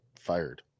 fired